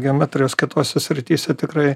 geometrijos kitose srityse tikrai